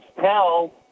tell